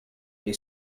they